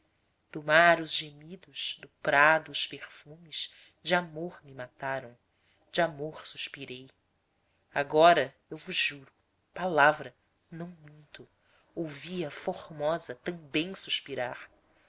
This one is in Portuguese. do mar os gemidos do prado os perfumes de amor me mataram de amor suspirei agora eu vos juro palavra não minto ouvi a formosa também suspirar